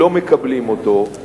לא מקבלים אותו,